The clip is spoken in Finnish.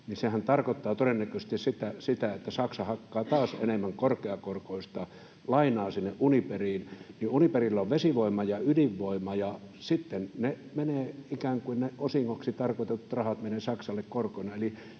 tarkoittaa todennäköisesti sitä, että Saksa hakkaa taas enemmän korkeakorkoista lainaa sinne Uniperiin. Uniperilla on vesivoima ja ydinvoima, ja sitten ne ikään kuin osingoksi tarkoitetut rahat menevät Saksalle korkoina.